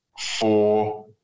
Four